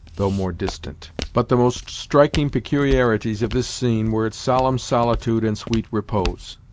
though more distant. but the most striking peculiarities of this scene were its solemn solitude and sweet repose.